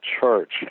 church